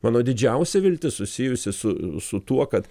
mano didžiausia viltis susijusi su su tuo kad